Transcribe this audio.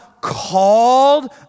called